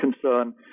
concern